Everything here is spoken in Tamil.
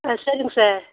ஆ சரிங்க சார்